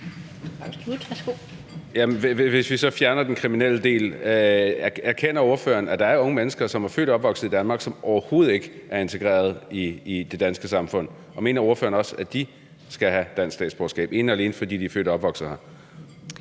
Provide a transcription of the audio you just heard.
Hvis vi så fjerner den kriminelle del, erkender ordføreren så, at der er unge mennesker, som er født og opvokset i Danmark, og som overhovedet ikke er integreret i det danske samfund? Og mener ordføreren også, at de skal have dansk statsborgerskab, ene og alene fordi de er født og opvokset